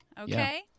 Okay